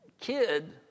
kid